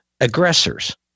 aggressors